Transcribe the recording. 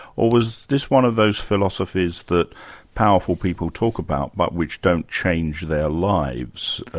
or was this one of those philosophies that powerful people talk about but which don't change their lives,